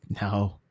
No